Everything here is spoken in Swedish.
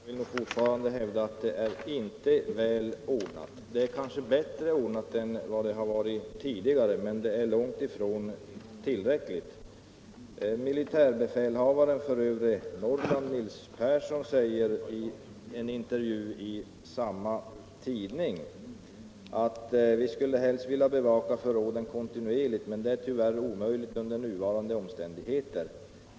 Herr talman! Jag vill fortfarande hävda att det inte är väl ordnat med förvaringen av vapen. Det är kanske bättre ordnat än tidigare, men det är långt ifrån tillräckligt. Militärbefälhavaren för övre Norrland, Nils Personne, säger i samma tidningsintervju som jag tidigare nämnde: ”Vi skulle helst vilja bevaka förråden kontinuerligt. Men det är tyvärr omöjligt under nuvarande omständigheter.